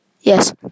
Yes